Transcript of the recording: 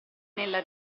nella